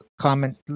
comment